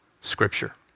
Scripture